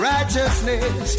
Righteousness